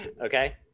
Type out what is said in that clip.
Okay